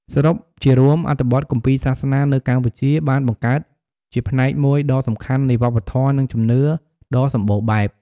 សរុបជារួម អត្ថបទគម្ពីរសាសនានៅកម្ពុជាបានបង្កើតជាផ្នែកមួយដ៏សំខាន់នៃវប្បធម៌ និងជំនឿដ៏សម្បូរបែប។